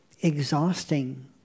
exhausting